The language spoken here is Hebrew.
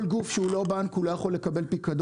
כל גוף שהוא לא בנק הוא לא יכול לקבל פיקדון,